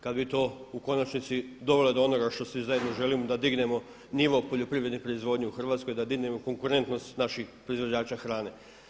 Kad bi to u konačnici dovelo do onoga što svi zajedno želimo da dignemo nivo poljoprivredne proizvodnje u Hrvatskoj, da dignemo konkurentnost naših proizvođača hrane.